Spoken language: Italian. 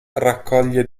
raccoglie